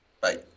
Bye